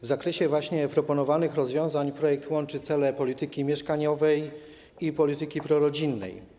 W zakresie proponowanych rozwiązań projekt łączy cele polityki mieszkaniowej i polityki prorodzinnej.